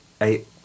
Eight